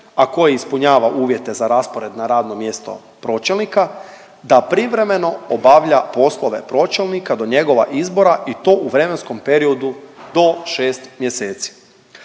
a koji ispunjava uvjete za raspored na radno mjesto pročelnika da privremeno obavlja poslove pročelnika do njegova izbora i to u vremenskom periodu do 6 mjeseci.